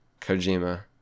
kojima